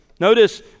Notice